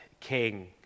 King